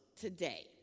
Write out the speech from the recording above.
today